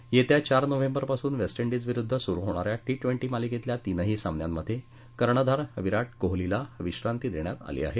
तर येत्या चार नोव्हेंबरपासून वेस्ट डिजविरुद्ध सुरु होणा या टी ट्वेंटी मालिकेतल्या तीनही सामन्यांमध्ये कर्णधार विराट कोहलीला विश्रांती देण्यात आली आहे